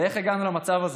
איך הגענו למצב הזה?